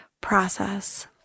process